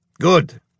Good